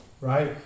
right